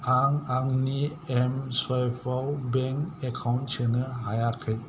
आं आंनि एम स्वुइफआव बेंक एकाउन्ट सोनो हायाखै